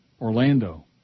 Orlando